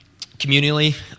Communally